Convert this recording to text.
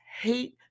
hate